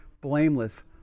blameless